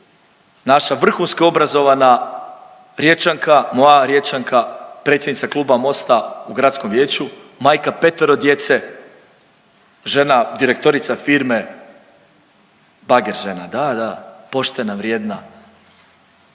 naša vrhunski obrazovana Riječanka, moja Riječanka, predsjednica Kluba Mosta u Gradskom vijeću, majka 5-ero djece, žena direktorica firme, bager žena, da, da, poštena, vrijedna,